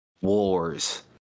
Wars